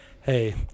hey